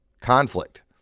conflict